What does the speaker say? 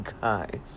guys